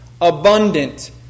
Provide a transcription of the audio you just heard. abundant